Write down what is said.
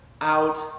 out